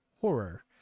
Horror